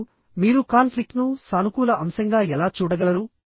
ఇప్పుడు మీరు కాన్ఫ్లిక్ట్ ను సానుకూల అంశంగా ఎలా చూడగలరు